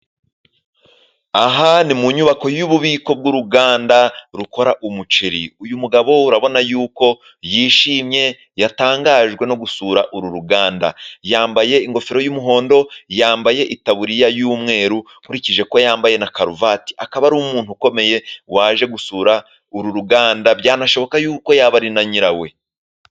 Aha ni mu nyubako y'ububiko bw'uruganda, rukora umuceri. Uyu mugabo urabona yuko yishimye, yatangajwe no gusura uru ruganda, yambaye ingofero y'umuhondo, yambaye itaburiya y'umweru, nkurikije uko yambaye na karuvati, akaba ari umuntu ukomeye, waje gusura uru ruganda, byanashoboka yuko yaba ari na nyirawe.